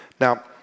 Now